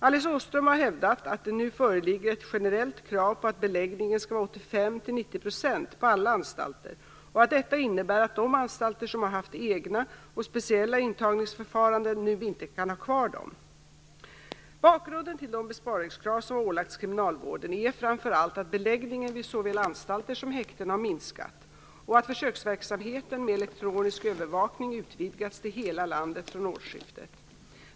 Alice Åström har hävdat att det nu föreligger ett generellt krav på att beläggningen skall vara 85-90 % på alla anstalter och att detta innebär att de anstalter som har haft egna och speciella intagningsförfaranden nu inte kan ha kvar dem. Bakgrunden till de besparingskrav som ålagts kriminalvården är framför allt att beläggningen vid såväl anstalter som häkten har minskat, och att försöksverksamheten med elektronisk övervakning utvidgats till hela landet från årsskiftet.